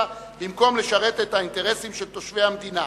במקום לשרת את האינטרסים של תושבי המדינה.